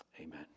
amen